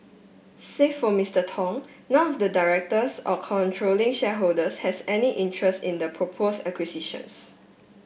save for Mister Tong none of the directors or controlling shareholders has any interest in the propose acquisitions